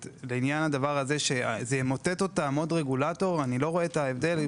לעניין לפיו עוד רגולטור ימוטט אותם אני לא רואה את ההבדל.